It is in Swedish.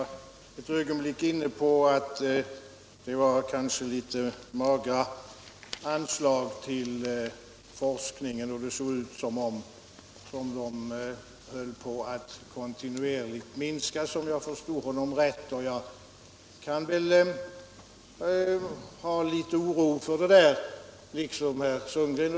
Herr talman! Herr Sundgren sade att anslagen till forskningen var litet magra och att det såg ut som om de höll på att kontinuerligt minskas, om jag förstod honom rätt. Jag hyser också en viss oro för det.